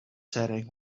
setting